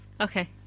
Okay